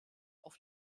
auf